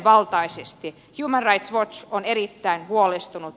human rights watch on erittäin huolestunut